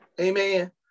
Amen